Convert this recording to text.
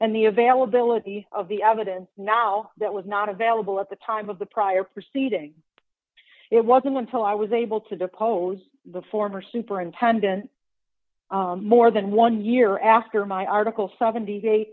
and the availability of the evidence now that was not available at the time of the prior proceeding it wasn't until i was able to depose the former superintendent more than one year after my article seventy